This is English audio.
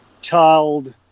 child